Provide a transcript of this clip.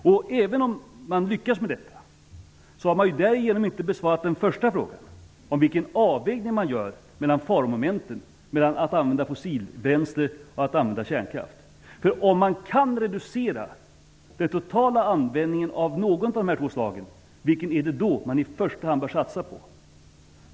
Och även om man lyckas med detta, har man därigenom inte besvarat den första frågan, om vilken avvägning man gör mellan faromomenten i att använda fossilbränsle och att använda kärnkraft. Om man kan reducera den totala användningen av något av de här två slagen, vilket är det då man i första hand bör satsa på?